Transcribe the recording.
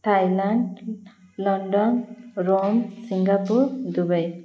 Thailand London Rome Singapore Dubai